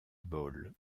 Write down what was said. ball